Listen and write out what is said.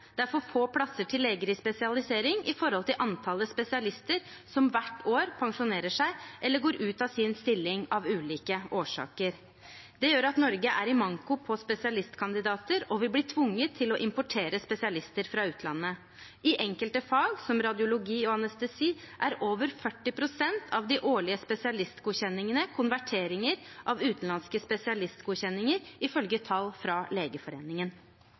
Det er for få plasser til leger i spesialisering i forhold til antallet spesialister som hvert år pensjonerer seg eller går ut av sin stilling av ulike årsaker. Det gjør at Norge er i manko på spesialistkandidater, og vi blir tvunget til å importere spesialister fra utlandet. I enkelte fag, som radiologi og anestesi, er over 40 pst. av de årlige spesialistgodkjenningene konverteringer av utenlandske spesialistgodkjenninger, ifølge tall fra Legeforeningen.